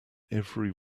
every